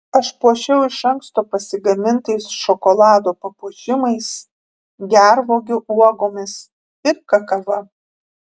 aš puošiau iš anksto pasigamintais šokolado papuošimais gervuogių uogomis ir kakava